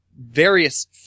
various